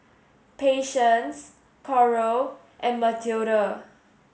Patience Coral and Matilda